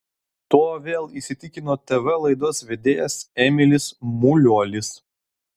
tuo vėl įsitikino tv laidos vedėjas emilis muliuolis